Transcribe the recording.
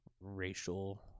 Racial